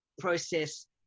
process